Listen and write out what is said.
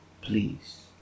please